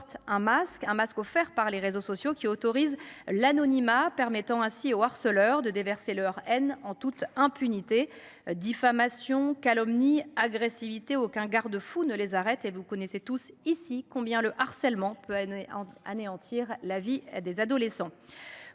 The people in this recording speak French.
un masque un masque offerts par les réseaux sociaux qui autorise l'anonymat permettant ainsi au harceleur de déverser leur haine en toute impunité diffamation calomnie agressivité aucun garde-fou ne les arrête et vous connaissez tous ici combien le harcèlement peut. Anéantir la vie des adolescents.